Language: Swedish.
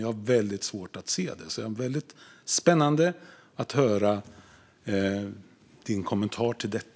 Jag har svårt att se den, så det vore spännande att höra ledamotens kommentar till detta.